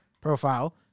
profile